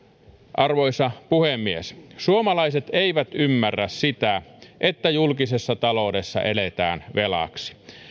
arvoisa puhemies suomalaiset eivät ymmärrä sitä että julkisessa taloudessa eletään velaksi